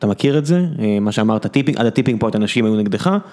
מכיר את זה, מה שאמרת הטיפינג עד הטיפינג פוינטת אנשים היו נגדך.